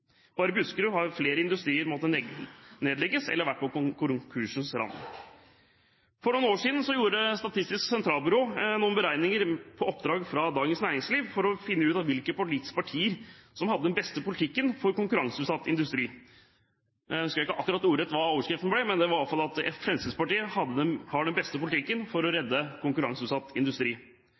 Bare i Buskerud har flere industrier måttet legge ned eller har vært på konkursens rand. For noen år siden gjorde Statistisk sentralbyrå noen beregninger på oppdrag fra Dagens Næringsliv for å finne ut hvilke politiske partier som hadde den beste politikken for konkurranseutsatt industri. Nå husker jeg ikke akkurat ordrett hva overskriften ble, men det var i hvert fall at Fremskrittspartiet hadde den beste politikken for å redde konkurranseutsatt industri.